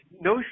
no